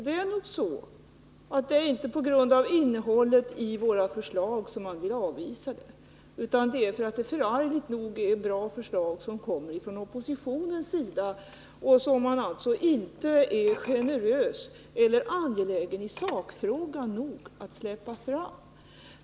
Det är nog så att våra förslag inte blir avvisade på grund av innehållet utan de avvisas därför att det förargligt nog är bra förslag som kommer från oppositionens sida. Dessa är man alltså inte generös nog — eller angelägen nog i sakfrågan — att släppa fram.